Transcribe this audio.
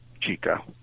Chico